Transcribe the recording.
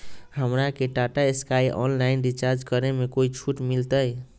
हमरा के Tata Sky online recharge करे में कोई छूट मिलतई